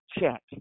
check